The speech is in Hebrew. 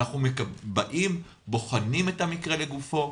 אנחנו בוחנים את המקרה לגופו,